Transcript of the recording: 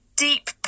deep